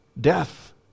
death